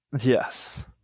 yes